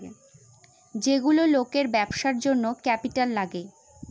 যেগুলো লোকের ব্যবসার জন্য ক্যাপিটাল লাগে